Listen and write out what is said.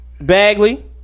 Bagley